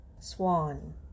Swan